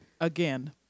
Again